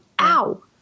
ow